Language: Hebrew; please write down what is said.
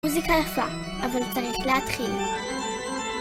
מוזיקה יפה, אבל צריך להתחיל.